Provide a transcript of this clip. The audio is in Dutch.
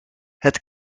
het